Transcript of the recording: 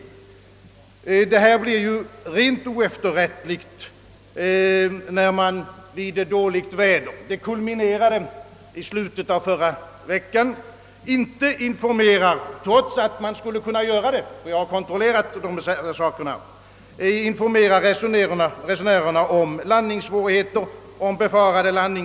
Förhållandena blir helt oefterrättliga, när personalen vid dålig väderlek — det kulminerade i förra veckan — inte informerar resenä rerna om t.ex. befarade landningsförbud, trots att man som i detta fall — jag har kontrollerat den saken — skulle ha kunnat göra det.